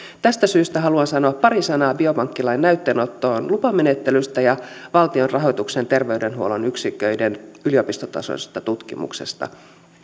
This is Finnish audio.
tästä syystä haluan sanoa pari sanaa biopankkilain näytteenoton lupamenettelystä ja valtion rahoituksen terveydenhuollon yksiköiden yliopistotasoisesta tutkimuksesta